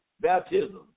baptism